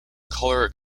color